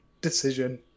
decision